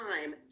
time